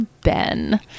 Ben